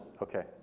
Okay